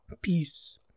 peace